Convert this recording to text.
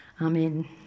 Amen